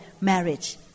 Marriage